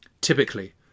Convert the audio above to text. Typically